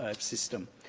ah system.